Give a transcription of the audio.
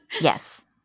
Yes